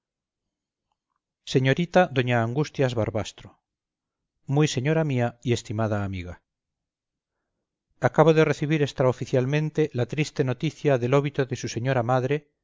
señorita doña angustias barbastro muy señora mía y estimada amiga acabo de recibir extraoficialmente la triste noticia del óbito de su señora madre